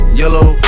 yellow